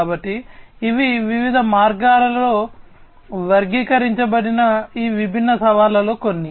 కాబట్టి ఇవి వివిధ మార్గాల్లో వర్గీకరించబడిన ఈ విభిన్న సవాళ్లలో కొన్ని